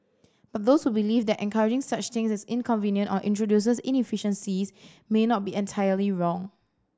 but those who believe that encouraging such things is inconvenient or introduces inefficiencies may not be entirely wrong